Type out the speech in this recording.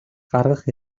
гаргах